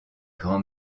grand